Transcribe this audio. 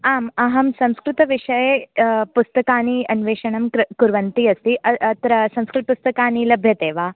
आम् अहं संस्कृतविषये पुस्तकानि अन्वेषणं क्र कुर्वन्ती अस्ति अत्र संस्कृतपुस्तकानि लभ्यन्ते वा